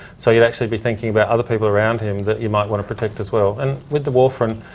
so you'd actually be thinking about other people around him that you might want to protect as well. and with the warfarin,